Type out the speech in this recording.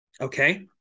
okay